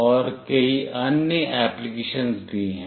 और कई अन्य एप्लीकेशनस भी हैं